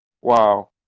wow